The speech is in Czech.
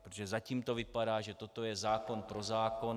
Protože zatím to vypadá, že toto je zákon pro zákon.